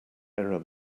error